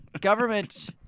Government